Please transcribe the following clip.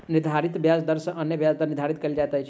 निर्धारित ब्याज दर सॅ अन्य ब्याज दर निर्धारित कयल जाइत अछि